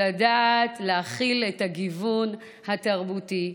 לדעת להכיל את הגיוון התרבותי.